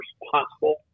responsible